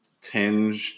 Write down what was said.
tinged